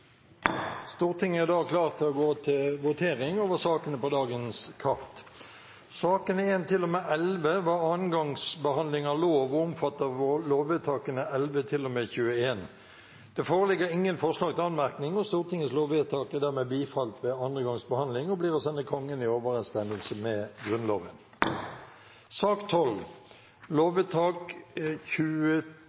Stortinget klar til å gå til votering over sakene på dagens kart. Sakene nr. 1–11 er andre gangs behandling av lovsaker og omfatter lovvedtakene 11 til og med 21. Det foreligger ingen forslag til anmerkning, og Stortingets lovvedtak er dermed bifalt ved andre gangs behandling og blir å sende Kongen i overensstemmelse med Grunnloven. Sak